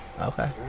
Okay